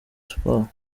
sports